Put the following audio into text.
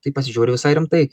tai pasižiūri visai rimtai